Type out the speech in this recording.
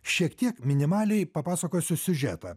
šiek tiek minimaliai papasakosiu siužetą